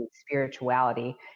spirituality